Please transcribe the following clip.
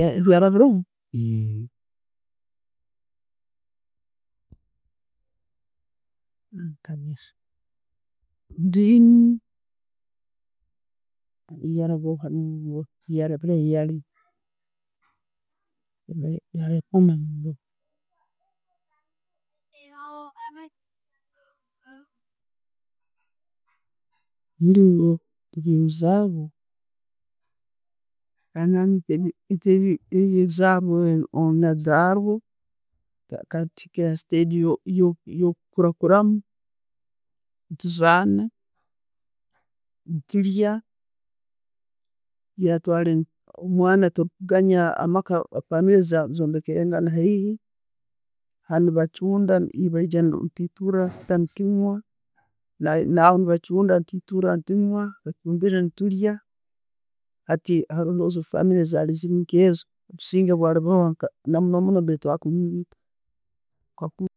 tuyina endimi yoruzarwa hati twikire ha stage yo'kukukuramu, tuzaana, tulya, omwana toliganya amaka, families zombekere hai na hai, hanu ne'bachunda, neibajja nempitura otuta netunywa, nabo ne'bachunda netutura ne'tunywa, bachumbire ne'tulya hati haro nezo family zali nkenzo, obusinge.